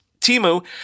Timu